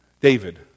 David